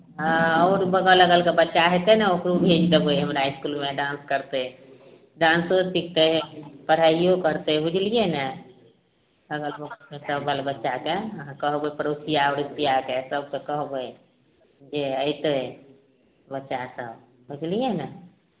हँ आओर बगल अगलके बच्चा हेतै ने ओकरो भेजि देबै हमरा इसकुलमे डान्स करतै डान्सो सिखतै पढ़ाइओ करतै बुझलिए ने हमे बगल अगलके सभ बाल बच्चाकेँ अहाँ कहबै पड़ोसिआ उड़सिआकेँ सभकेँ कहबै जे अएतै बच्चासभ बुझलिए ने